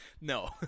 No